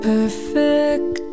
Perfect